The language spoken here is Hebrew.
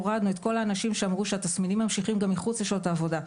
הורדנו את כל האנשים שאמרו שהתסמינים ממשיכים גם מחוץ לשעות העבודה.